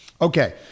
Okay